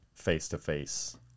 face-to-face